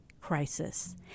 crisis